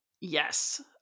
yes